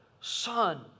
Son